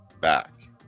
back